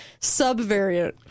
subvariant